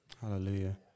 Hallelujah